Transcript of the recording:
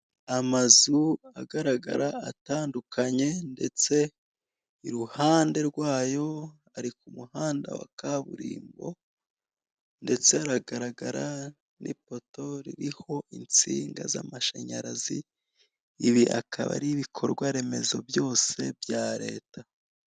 Amazu agaragara atandukanye, ndetse iruhande rwayo ari ku muhanda wa kaburimbo, ndetse haragaragara n'ipoto ririho insinga z'amashanyarazi, ibi akaba ari ibikorwaremezo byose bya Leta.